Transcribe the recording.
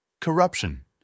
Corruption